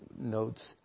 notes